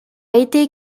été